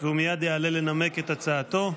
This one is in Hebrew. הוא מייד יעלה לנמק את הצעתו.